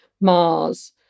Mars